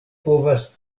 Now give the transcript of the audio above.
povas